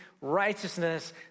righteousness